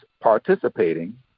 participating